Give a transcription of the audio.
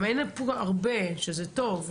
גם אין פה הרבה, שזה טוב.